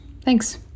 Thanks